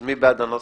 אז מי בעד הנוסח?